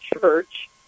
church